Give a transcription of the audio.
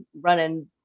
running